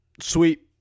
sweet